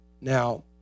Now